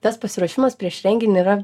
tas pasiruošimas prieš renginį yra